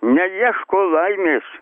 neieško laimės